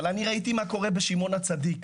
אבל אני ראיתי מה קורה בשמעון הצדיק.